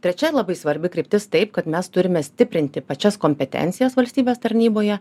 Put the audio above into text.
trečia labai svarbi kryptis taip kad mes turime stiprinti pačias kompetencijas valstybės tarnyboje